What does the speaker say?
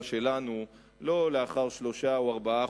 שלנו לא לאחר שלושה חודשים או ארבעה,